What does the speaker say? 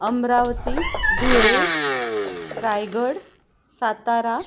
Amravati Dhule Raigad Satara